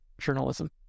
journalism